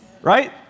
Right